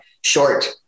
short